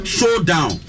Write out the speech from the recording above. Showdown